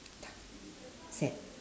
sad